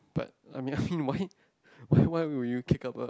but I mean I mean why why would you kick up a